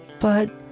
but